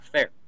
Fair